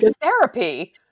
therapy